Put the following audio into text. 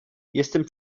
jestem